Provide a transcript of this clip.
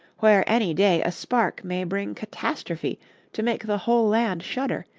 where any day a spark may bring catastrophe to make the whole land shudder,